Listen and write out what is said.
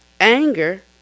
Anger